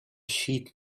sheet